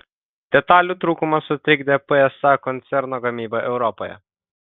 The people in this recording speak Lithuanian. detalių trūkumas sutrikdė psa koncerno gamybą europoje